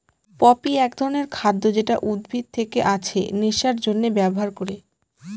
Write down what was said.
poppy এক ধরনের খাদ্য যেটা উদ্ভিদ থেকে আছে নেশার জন্যে ব্যবহার করে